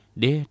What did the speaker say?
de